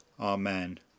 Amen